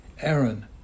Aaron